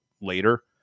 later